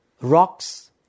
rocks